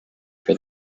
for